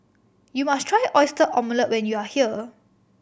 you must try Oyster Omelette when you are here